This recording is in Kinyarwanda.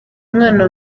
mwana